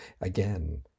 again